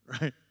right